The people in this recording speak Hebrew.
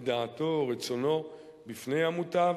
את דעתו ורצונו בפני המותב